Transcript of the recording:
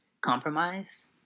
compromise